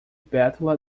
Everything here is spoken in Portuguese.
bétula